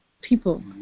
people